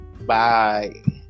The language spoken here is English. Bye